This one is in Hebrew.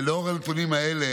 לאור הנתונים האלה